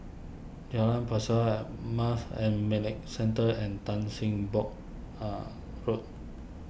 Jalan Pesawat Marsh and McLennan Centre and Tan Sim Boh Are Road